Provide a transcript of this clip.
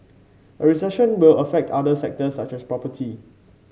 a recession will affect other sectors such as property